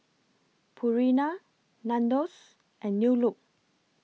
Purina Nandos and New Look